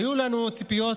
היו לנו ציפיות